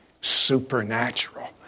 supernatural